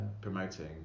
promoting